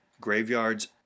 graveyards